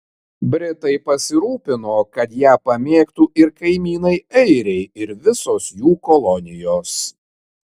britai pasirūpino kad ją pamėgtų ir kaimynai airiai ir visos jų kolonijos